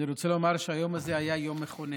אני רוצה לומר שהיום הזה היה יום מכונן.